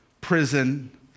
prison